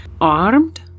armed